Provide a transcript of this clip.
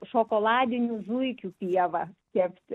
šokoladinių zuikių pievą kepti